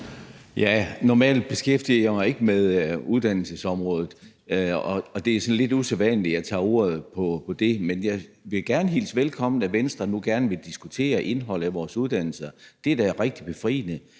(S): Normalt beskæftiger jeg mig ikke med uddannelsesområdet, og det er sådan lidt usædvanligt, at jeg tager ordet, men jeg vil gerne hilse velkommen, at Venstre nu gerne vil diskutere indholdet af vores uddannelser. Det er rigtig befriende,